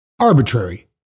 arbitrary